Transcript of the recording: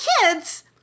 kids